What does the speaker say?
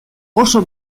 oso